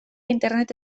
internet